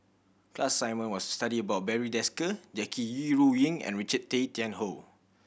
class assignment was to study about Barry Desker Jackie Yi Ru Ying and Richard Tay Tian Hoe